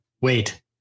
wait